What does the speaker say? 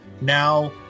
now